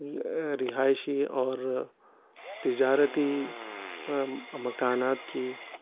رہائشی اور تجارتی مکانات کی